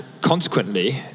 consequently